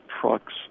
trucks